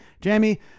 Jamie